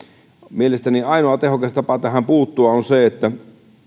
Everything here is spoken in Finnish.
mielestäni ainoa tehokas tapa tähän puuttua on se että